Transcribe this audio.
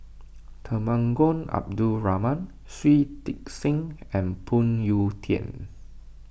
Temenggong Abdul Rahman Shui Tit Sing and Phoon Yew Tien